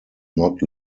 not